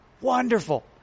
Wonderful